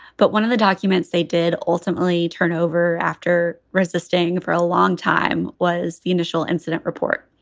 but one of the documents they did ultimately turn over after resisting for a long time was the initial incident report,